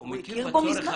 הוא מכיר בו מזמן.